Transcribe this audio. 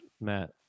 Matt